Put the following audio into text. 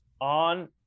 on